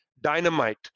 dynamite